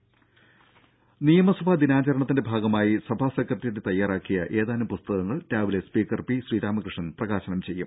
ദേദ നിയമസഭാ ദിനാചരണത്തിന്റെ ഭാഗമായി സഭാ സെക്രട്ടറിയേറ്റ് തയ്യാറാക്കിയ ഏതാനും പുസ്തകങ്ങൾ രാവിലെ സ്പീക്കർ പി ശ്രീരാമകൃഷ്ണൻ പ്രകാശനം ചെയ്യും